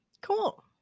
Cool